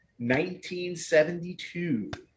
1972